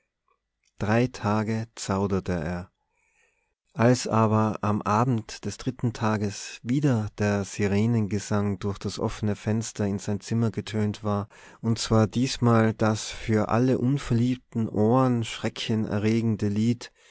drei tage zauderte er als aber am abend des dritten tages wieder der sirenengesang durch das offene fenster in sein zimmer getönt war und zwar diesmal das für alle unverliebten ohren schreckenerregende lied